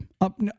Up